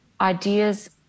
ideas